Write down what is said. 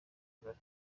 ngari